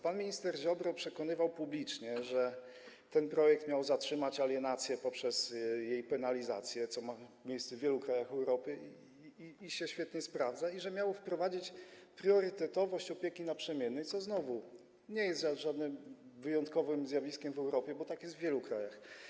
Pan minister Ziobro przekonywał publicznie, że ten projekt miał zatrzymać alienację poprzez jej penalizację, co ma miejsce w wielu krajach Europy i świetnie się sprawdza, i że miał wprowadzić priorytetowość opieki naprzemiennej, co znowu nie jest żadnym wyjątkowym zjawiskiem w Europie, bo tak jest w wielu krajach.